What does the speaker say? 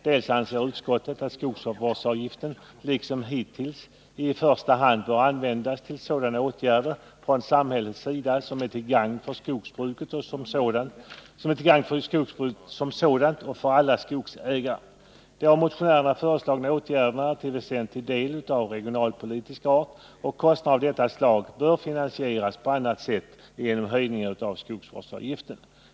Det första skälet är att skogsvårdsavgiften — liksom hittills — i första hand bör användas till sådana åtgärder från samhällets sida som är till gagn för skogsbruket som sådant eller för alla skogsägare. De av motionärerna föreslagna åtgärderna är till väsentlig del av regionalpolitisk art, och kostnader av detta slag bör finansieras på annat sätt än genom höjningar av skogsvårdsavgiften.